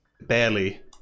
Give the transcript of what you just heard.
barely